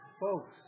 Folks